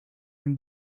him